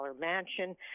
mansion